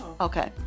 Okay